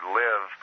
live